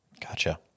Gotcha